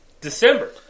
December